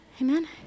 Amen